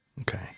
Okay